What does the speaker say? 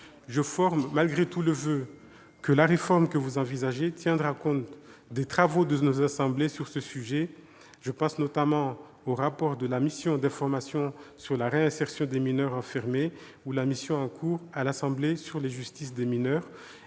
Je forme malgré tout le voeu que la réforme que vous envisagez tiendra compte des travaux de nos assemblées sur ce sujet- je pense, notamment, au rapport de la mission d'information sur la réinsertion des mineurs enfermés ou à la mission en cours à l'Assemblée nationale sur la justice des mineurs